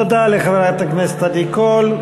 תודה לחברת הכנסת עדי קול.